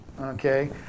Okay